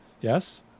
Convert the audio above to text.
Yes